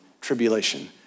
tribulation